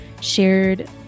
shared